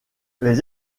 les